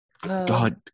God